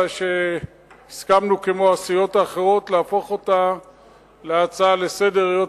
אלא שהסכמנו כמו הסיעות האחרות להפוך אותה להצעה לסדר-היום,